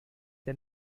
der